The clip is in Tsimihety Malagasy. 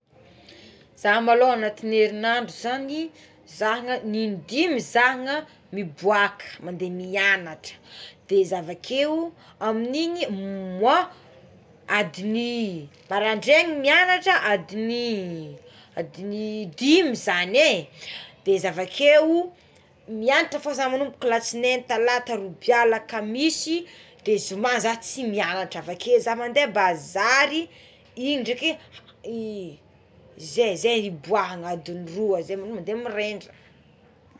Za maloha anaty ny erinandro zagny zagna indimy zagna miboaka mandeha mianatre de za avakeo amignigny moa andignigny maraindraigny mianatrà adigny adigny dimy zagny é de za avakeo mianatra fogna za manomboka latsinainy talata robia de lakamisy de zoma za tsy mianatra avakeo za mandé bazary igny dreky zay zay iboagna andigny roa zay mo mandé miredra.